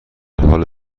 حال